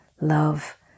love